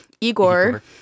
Igor